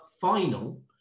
final